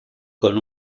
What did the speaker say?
con